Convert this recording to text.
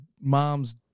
mom's